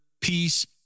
peace